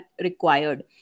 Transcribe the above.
required